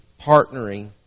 partnering